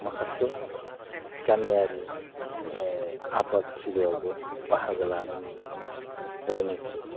माखासे गामियारि आबाद थिलियावबो बाहागो लानाय नुनो मोनो जायनिखि